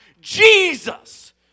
Jesus